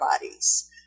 bodies